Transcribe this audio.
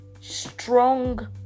strong